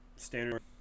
standard